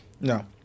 No